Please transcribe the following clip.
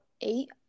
eight